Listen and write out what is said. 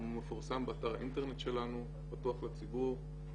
הוא מפורסם באתר האינטרנט שלנו, פתוח לציבור.